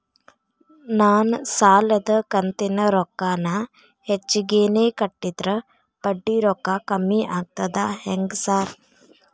ನಾನ್ ಸಾಲದ ಕಂತಿನ ರೊಕ್ಕಾನ ಹೆಚ್ಚಿಗೆನೇ ಕಟ್ಟಿದ್ರ ಬಡ್ಡಿ ರೊಕ್ಕಾ ಕಮ್ಮಿ ಆಗ್ತದಾ ಹೆಂಗ್ ಸಾರ್?